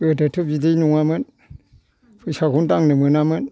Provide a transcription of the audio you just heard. गोदो थ' बिदि नंङामोन फैसाखौनो दांनो मोनामोन